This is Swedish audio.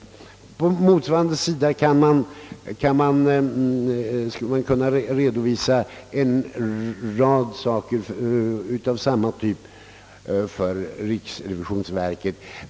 :: På motsvarande sida skulle man kunna belysa en rad uppgifter av samma typ för riksrevisionsverket.